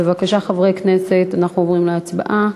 בבקשה, חברי הכנסת, אנחנו עוברים להצבעה.